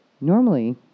normally